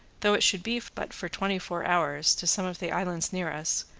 though it should be but for twenty-four hours, to some of the islands near us,